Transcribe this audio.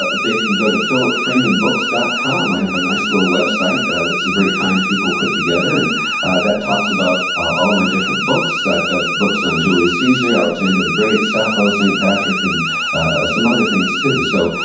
ah they can go to philipfreemanbooks dot com. i have a nice little website that some very kind people put together and that talks about all my different books. i've got books on julius caesar, alexander the great, sappho, st. patrick, and some other things too. so,